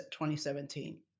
2017